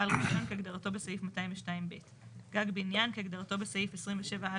"בעל רשיון" - כהגדרתו בסעיף 202ב. "גג בניין" כהגדרתו בסעיף 27א